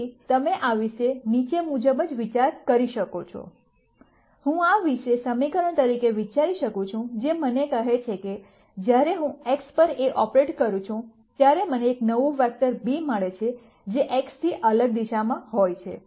તેથી તમે આ વિશે નીચે મુજબ જ વિચાર કરી શકો છો હું આ વિશે સમીકરણ તરીકે વિચારી શકું છું જે મને કહે છે કે જ્યારે હું X પર A ઓપરેટ કરું છું ત્યારે મને એક નવું વેક્ટર b મળે છે જે X થી અલગ દિશામાં હોય છે